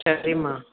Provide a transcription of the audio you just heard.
சரிம்மா